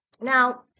Now